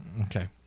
Okay